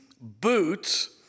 boots